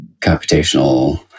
computational